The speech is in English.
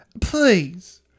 please